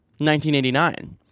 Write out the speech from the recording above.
1989